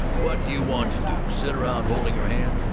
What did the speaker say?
what do you want to do? sit around holding her hand?